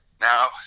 now